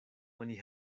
oni